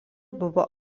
buvo